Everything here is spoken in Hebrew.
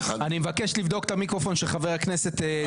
מבקש לבדוק את המיקרופון של חבר הכנסת זאב אלקין.